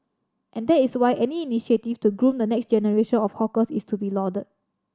and that is why any initiative to groom the next generation of hawkers is to be lauded